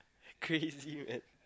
crazy right